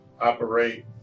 operate